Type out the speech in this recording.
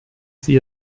sie